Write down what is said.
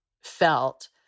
felt